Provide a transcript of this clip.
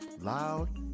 loud